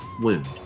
wound